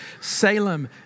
Salem